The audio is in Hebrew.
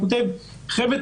הוא כותב: חבר'ה,